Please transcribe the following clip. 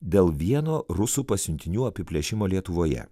dėl vieno rusų pasiuntinių apiplėšimo lietuvoje